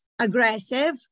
aggressive